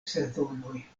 sezonoj